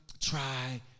try